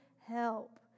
Help